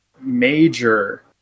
major